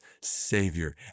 Savior